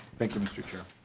thank you mr. chair.